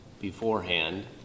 beforehand